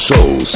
Soul